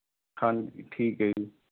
ਹਾਂਜੀ ਠੀਕ ਹੈ ਜੀ